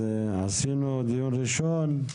קיימנו דיון ראשון,